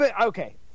okay